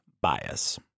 bias